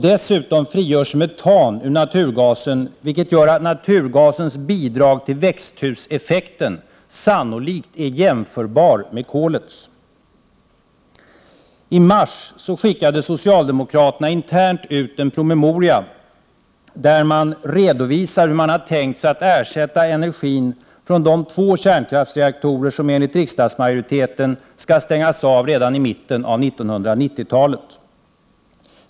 Dessutom frigörs metan ur naturgasen, vilket gör att naturgasens bidrag till växthuseffekten sannolikt är jämförbar med kolets. I mars skickade socialdemokraterna internt ut en promemoria där man redovisar hur man har tänkt sig att ersätta energin från de två kärnkraftsreaktorer som enligt riksdagsmajoriteten skall stängas av redan i mitten av 1990-talet.